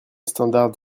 standard